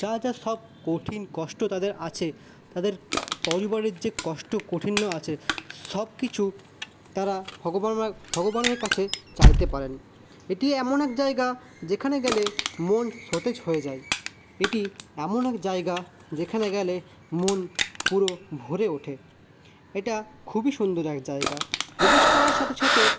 যা যা সব কঠিন কষ্ট তাদের আছে তাদের পরিবারের যে কষ্ট কাঠিন্য আছে সব কিছু তারা ভগবান বা ভগবানের কাছে চাইতে পারেন এটি এমন এক জায়গা যেখানে গেলে মন সতেজ হয়ে যায় এটি এমন এক জায়গা যেখানে গেলে মন পুরো ভরে ওঠে এটা খুবই সুন্দর এক জায়গা প্রবেশ করার সাথে সাথে